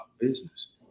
business